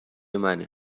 منه